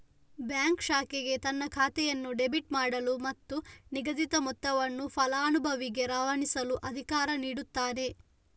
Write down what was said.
bank ಶಾಖೆಗೆ ತನ್ನ ಖಾತೆಯನ್ನು ಡೆಬಿಟ್ ಮಾಡಲು ಮತ್ತು ನಿಗದಿತ ಮೊತ್ತವನ್ನು ಫಲಾನುಭವಿಗೆ ರವಾನಿಸಲು ಅಧಿಕಾರ ನೀಡುತ್ತಾನೆ